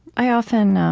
i often